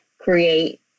create